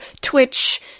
Twitch